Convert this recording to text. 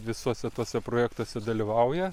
visuose tuose projektuose dalyvauja